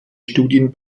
studien